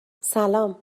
سلام